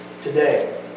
today